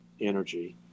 energy